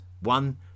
one